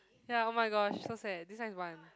ya oh-my-gosh so sad this as one